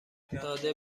داده